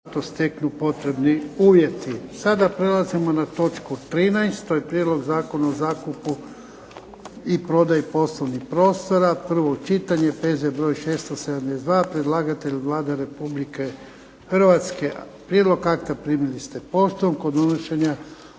**Jarnjak, Ivan (HDZ)** Sada prelazimo na točku 13, to je - Prijedlog Zakona o zakupu i prodaji poslovnoga prostora, prvo čitanje, P.Z. broj 672 Predlagatelj Vlada Republike Hrvatske. Prijedlog akta primili ste poštom. Kod donošenja